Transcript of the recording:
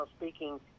speaking